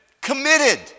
Committed